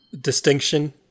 distinction